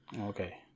Okay